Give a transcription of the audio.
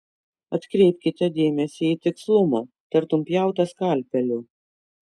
atkreipkite dėmesį į tikslumą tartum pjauta skalpeliu